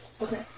Okay